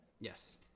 Yes